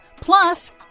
Plus